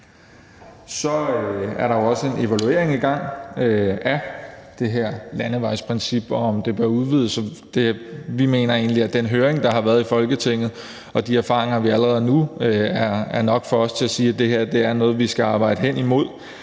Så er der jo også en evaluering i gang af det her landevejsprincip og af, om det bør udvides. Vi mener egentlig, at den høring, der har været i Folketinget, og de erfaringer, vi allerede nu har, er nok for os til at sige, at det her er noget, vi skal arbejde hen imod.